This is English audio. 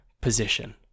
position